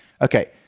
Okay